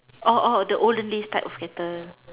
oh oh the olden days type of pattern